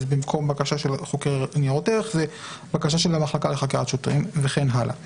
במקום בקשה של חוקר ניירות ערך זה בקשה של המחלקה לחקירת שוטרים וכן הלאה.